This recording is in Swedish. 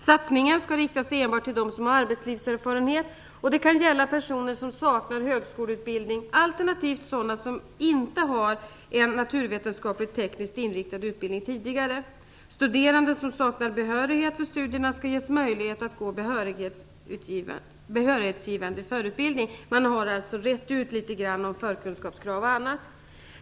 Satsningen skall rikta sig enbart till dem som har arbetslivserfarenhet, och det kan gälla personer som saknar högskoleutbildning alternativt sådana som inte har en naturvetenskapligt/teknisk inriktad utbildning tidigare. Studerande som saknar behörighet för studierna skall ges möjlighet att gå en behörighetsgivande förutbildning. Man har alltså rett ut litet grand om förkunskapskrav och annat.